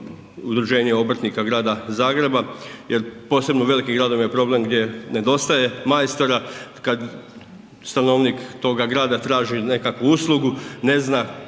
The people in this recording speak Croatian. Udruženje obrtnika Grada Zagreba jer posebno u velikim gradovima je problem gdje nedostaje majstora kad stanovnik tog grada traži nekakvu uslugu, ne zna